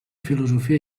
filosofia